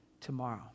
tomorrow